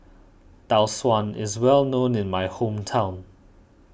Tau Suan is well known in my hometown